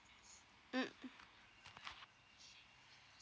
mm